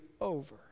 over